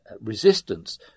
resistance